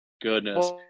Goodness